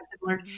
similar